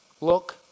Look